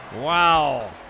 Wow